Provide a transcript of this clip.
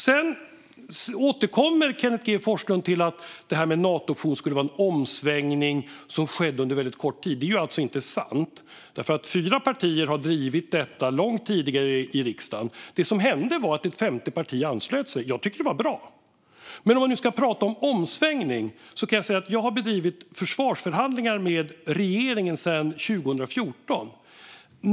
Sedan återkommer Kenneth G Forslund till att det här med en Natooption skulle vara en omsvängning som skedde under väldigt kort tid. Det är inte sant. Fyra partier har drivit detta långt tidigare i riksdagen. Det som hände var att ett femte parti anslöt sig. Jag tyckte att det var bra. Men om man nu ska prata om omsvängning kan jag säga att jag har bedrivit försvarsförhandlingar med regeringen sedan 2014.